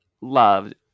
loved